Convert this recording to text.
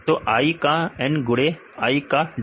तो i का n गुडे i का w